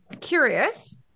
curious